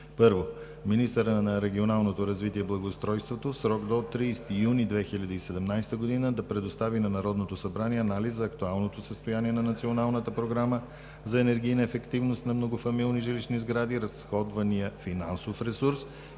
1. Министърът на регионалното развитие и благоустройството в срок до 30 юни 2017 г. да предостави на Народното събрание анализ за актуалното състояние на Националната програма за енергийна ефективност на многофамилни жилищни сгради, разходвания финансов ресурс